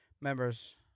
members